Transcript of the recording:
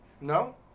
No